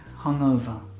hungover